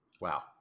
Wow